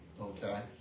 Okay